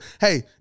hey